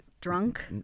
Drunk